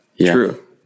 True